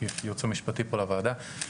מהייעוץ המשפטי פה לוועדה,